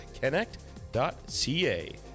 connect.ca